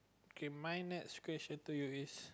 okay my next question to you is